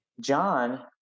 John